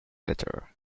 letter